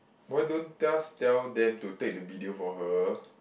why don't just tell them to take the video for her